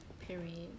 Period